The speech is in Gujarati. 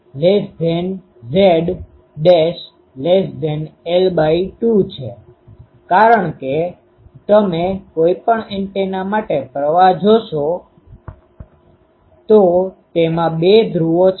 કારણ કે તમે કોઈપણ એન્ટેના માટે પ્રવાહ જોશો તો તેમાં બે ધ્રુવો છે